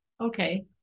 okay